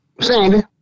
Sandy